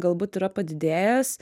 galbūt yra padidėjęs